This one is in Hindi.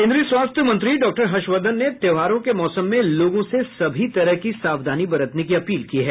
केन्द्रीय स्वास्थ्य मंत्री डॉक्टर हर्षवर्धन ने त्योहारों के मौसम में लोगों से सभी तरह की सावधानी बरतने की अपील की है